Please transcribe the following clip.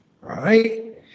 right